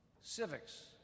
Civics